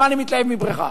מה אני מתלהב מבריכה?